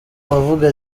bavuga